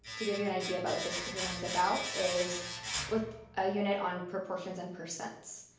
to give you an idea about what this curriculum's about, is with a unit on proportions and percents.